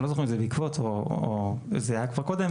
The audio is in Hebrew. אני לא זוכר אם זה בעקבות או זה היה כבר קודם.